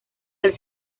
del